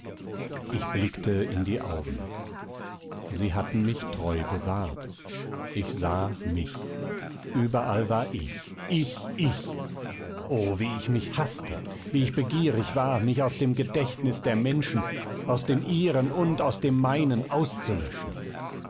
ich blickte in die augen sie hatten mich treu bewahrt ich sah mich überall war ich ich ich o wie ich mich haßte wie ich begierig war mich aus dem gedächtnis der menschen aus dem ihren und aus dem meinen auszulöschen